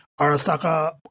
Arasaka